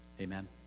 Amen